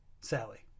Sally